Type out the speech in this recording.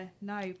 No